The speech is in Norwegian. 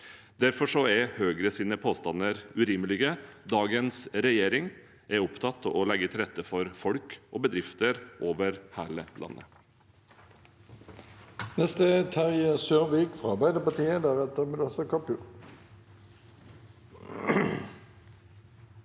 Derfor er Høyres påstander urimelige. Dagens regjering er opptatt av å legge til rette for folk og bedrifter over hele landet.